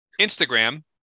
Instagram